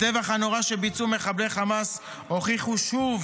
הטבח הנורא שביצעו מחבלי חמאס הוכיח שוב